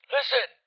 Listen